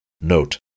Note